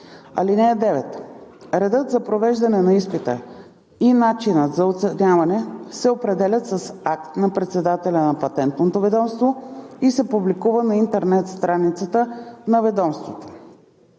(9) Редът за провеждане на изпита и начинът на оценяване се определят с акт на председателя на Патентното ведомство и се публикува на интернет страницата на ведомството.